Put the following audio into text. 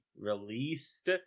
released